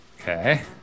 Okay